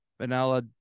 vanilla